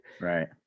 right